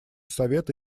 совета